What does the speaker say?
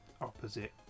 opposite